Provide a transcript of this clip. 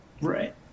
Right